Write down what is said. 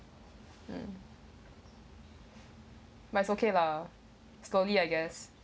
mm but it's okay lah slowly I guess